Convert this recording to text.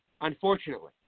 Unfortunately